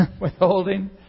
withholding